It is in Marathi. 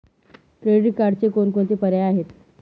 क्रेडिट कार्डचे कोणकोणते प्रकार आहेत?